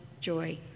joy